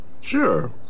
Sure